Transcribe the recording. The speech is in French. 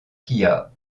kia